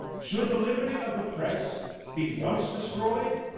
should the liberty of the press be once destroyed?